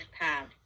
paths